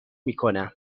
میکنم